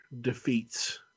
defeats